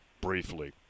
briefly